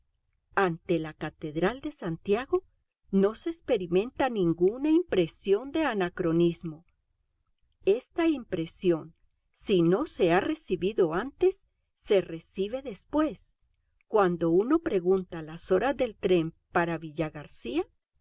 ante la catedral de santiago no se experimenta ninguna impresión de anacronismo esta impresión si no se ha recibido antes se recibe después cuando uno pregunta las horas del tren para